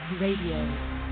Radio